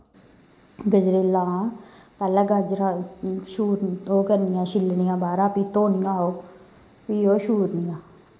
गजरेला हां पैह्लै गाजरां ओह् करनियां छिल्लनियां बाह्रा फ्ही धोनियां ओह् फ्ही ओह् शूरनियां